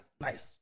nice